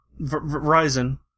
Verizon